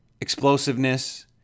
explosiveness